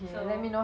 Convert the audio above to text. so